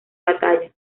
batalla